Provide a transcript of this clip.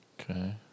Okay